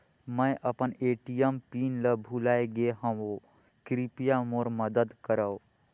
मैं अपन ATM PIN ल भुला गे हवों, कृपया मोर मदद करव